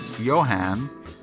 Johan